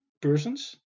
persons